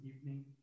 evening